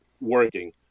working